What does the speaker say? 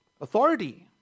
authority